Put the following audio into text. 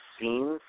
scenes